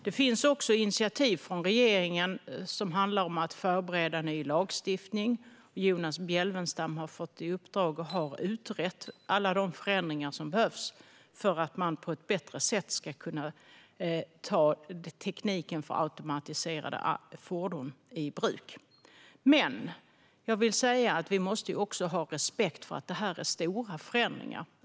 Regeringen har dessutom tagit initiativ till att förbereda ny lagstiftning. Jonas Bjelfvenstam har fått i uppdrag att utreda - och har också gjort det - alla de förändringar som behövs för att man på ett bättre sätt ska kunna ta tekniken för automatiserade fordon i bruk. Vi måste dock ha respekt för att detta är stora förändringar.